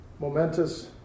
momentous